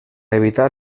evitar